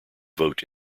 vote